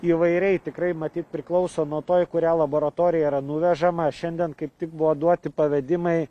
įvairiai tikrai matyt priklauso nuo to į kurią laboratoriją yra nuvežama šiandien kaip tik buvo duoti pavedimai